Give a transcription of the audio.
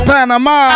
Panama